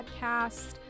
podcast